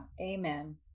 amen